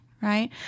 right